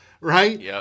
Right